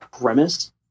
premise